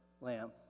lamb